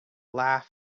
laugh